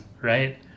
right